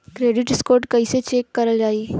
Credit score कइसे check करल जायी?